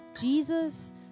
Jesus